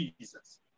Jesus